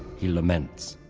he laments.